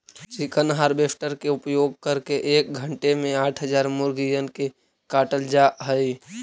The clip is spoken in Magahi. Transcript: चिकन हार्वेस्टर के उपयोग करके एक घण्टे में आठ हजार मुर्गिअन के काटल जा हई